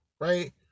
right